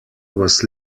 was